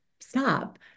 stop